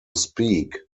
speak